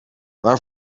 waar